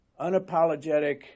unapologetic